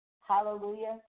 Hallelujah